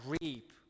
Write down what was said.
reap